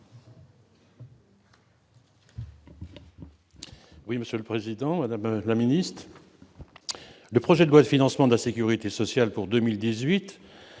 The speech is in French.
Oui, monsieur le président, madame la Ministre, le projet de loi de financement de la Sécurité sociale pour 2018